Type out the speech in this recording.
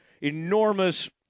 enormous